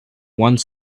one